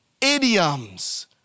idioms